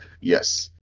Yes